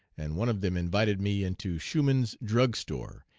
and one of them invited me into schumann's drug store,